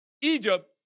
Egypt